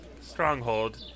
stronghold